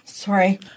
Sorry